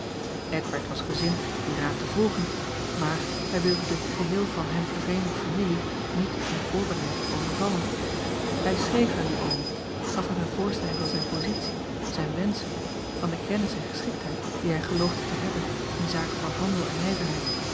eckbert was gezind dien raad te volgen maar hij wilde de geheel van hem vervreemde familie niet onvoorbereid overvallen hij schreef aan dien oom gaf hem eene voorstelling van zijne positie zijne wenschen van de kennis en geschiktheid die hij geloofde te hebben in zaken van handel en nijverheid